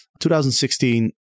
2016